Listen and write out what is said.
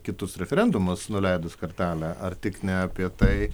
kitus referendumus nuleidus kartelę ar tik ne apie tai